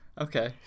Okay